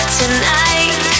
tonight